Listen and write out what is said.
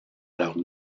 leurs